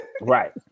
Right